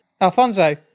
Alfonso